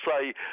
say